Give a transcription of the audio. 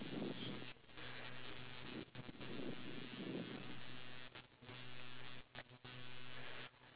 what happens if let's say the government allows singapore to